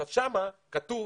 שם כתוב